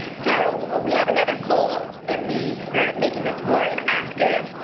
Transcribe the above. so but we have another poll, in the spirit of making this more interactive.